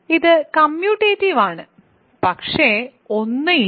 ഇത് കമ്മ്യൂട്ടേറ്റീവ് ആണ് പക്ഷേ 1 ഇല്ല